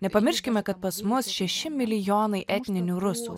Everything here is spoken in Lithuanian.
nepamirškime kad pas mus šeši milijonai etninių rusų